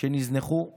שנזנחו מאחור.